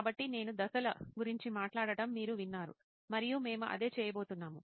కాబట్టి నేను దశల గురించి మాట్లాడటం మీరు విన్నారు మరియు మేము అదే చేయబోతున్నాము